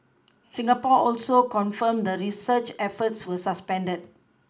Singapore also confirmed the search efforts were suspended